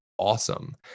awesome